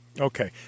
Okay